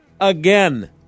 again